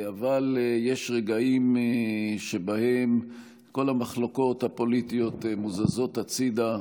אבל יש רגעים שבהם כל המחלוקות הפוליטיות מוזזות הצידה,